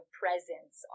presence